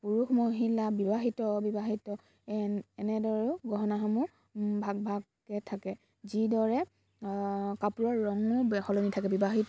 পুৰুষ মহিলা বিবাহিত অবিবাহিত এন এনেদৰেও গহনাসমূহ ভাগ ভাগকৈ থাকে যিদৰে কাপোৰৰ ৰঙো সলনি থাকে বিবাহিত